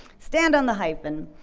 stand on the hyphen!